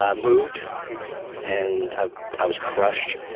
ah moved and i i was crushed.